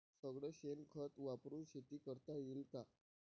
सगळं शेन खत वापरुन शेती करता येईन का?